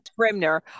Trimner